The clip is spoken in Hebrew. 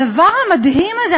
הדבר המדהים הזה,